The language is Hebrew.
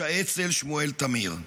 איש האצל שמואל תמיר.